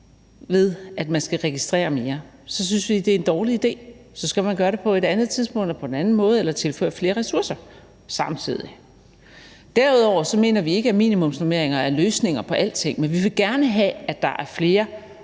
ved at man skal registrere mere, så synes vi, det er en dårlig idé. Så skal man gøre det på et andet tidspunkt eller på en anden måde eller tilføre flere ressourcer samtidig. Derudover mener vi ikke, at minimumsnormering er løsningen på alting. Vi vil gerne have, at der er flere